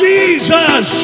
Jesus